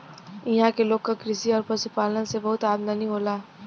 इहां के लोग क कृषि आउर पशुपालन से बहुत आमदनी होला